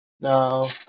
Now